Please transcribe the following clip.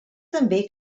també